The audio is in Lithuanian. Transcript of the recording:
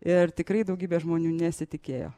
ir tikrai daugybė žmonių nesitikėjo